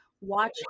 watch